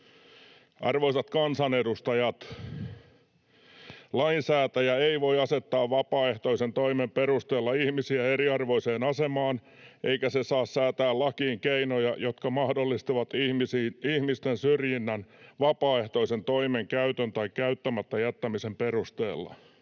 ”Arvoisat kansanedustajat, lainsäätäjä ei voi asettaa vapaaehtoisen toimen perusteella ihmisiä eriarvoiseen asemaan, eikä se saa säätää lakiin keinoja, jotka mahdollistavat ihmisten syrjinnän vapaaehtoisen toimen käytön tai käyttämättä jättämisen perusteella.